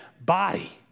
body